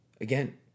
again